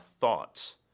thoughts